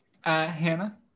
hannah